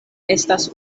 estas